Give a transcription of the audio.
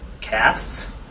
casts